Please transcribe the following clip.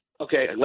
okay